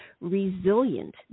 resilient